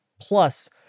plus